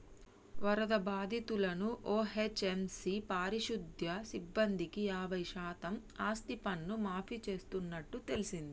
వరద బాధితులను ఓ.హెచ్.ఎం.సి పారిశుద్య సిబ్బందికి యాబై శాతం ఆస్తిపన్ను మాఫీ చేస్తున్నట్టు తెల్సింది